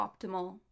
optimal